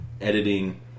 editing